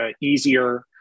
easier